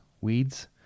weeds